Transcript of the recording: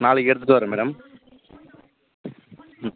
நாளைக்கு எடுத்துகிட்டு வரேன் மேடம் ம்